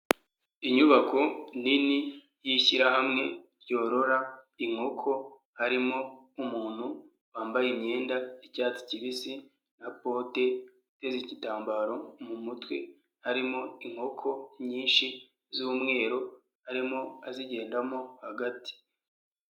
Inyubako nini y'ishyirahamwe ryorora inkoko harimo umuntu wambaye imyenda y'icyatsi kibisi na bote uteze igitambaro mu mutwe, harimo inkoko nyinshi z'umweru arimo azigendamo hagati.